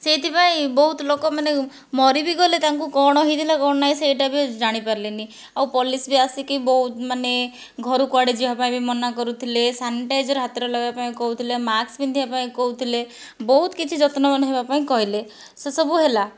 ସେଥିପାଇଁ ବହୁତ ଲୋକ ମାନେ ମରି ବି ଗଲେ ତାଙ୍କୁ କ'ଣ ହୋଇଥିଲା କ'ଣ ନାହିଁ ସେଇଟା ବି ଜାଣି ପାରିଲେନାହିଁ ଆଉ ପୋଲିସ୍ ବି ଆସିକି ଘରକୁ ବହୁତ ମାନେ ଘରୁ କୁଆଡ଼େ ଯିବା ପାଇଁ ମନା କରୁଥିଲେ ସାନିଟାଇଜର ହାତରେ ଲଗାଇବା ପାଇଁ କହୁଥିଲେ ମାସ୍କ ପିନ୍ଧିବା ପାଇଁ କହୁଥିଲେ ବହୁତ କିଛି ଯତ୍ନବାନ ହେବା ପାଇଁ କହିଲେ ସେସବୁ ହେଲା